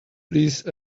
please